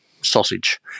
sausage